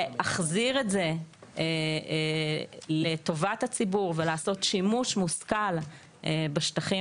להחזיר את זה לטובת הציבור ולעשות שימוש מושכל בשטחים